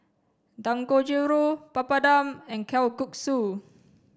Dangojiru Papadum and Kalguksu